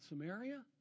Samaria